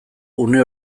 une